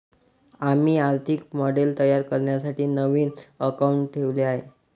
आम्ही आर्थिक मॉडेल तयार करण्यासाठी नवीन अकाउंटंट ठेवले आहे